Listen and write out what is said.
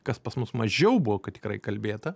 kas pas mus mažiau buvo kad tikrai kalbėta